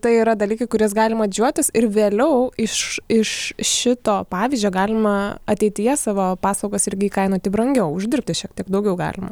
tai yra dalykai kuriais galima didžiuotis ir vėliau iš iš šito pavyzdžio galima ateityje savo paslaugas irgi įkainoti brangiau uždirbti šiek tiek daugiau galima